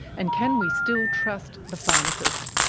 and can we still trust the pharmacist?